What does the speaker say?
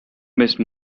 missed